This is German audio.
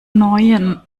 neuen